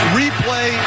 replay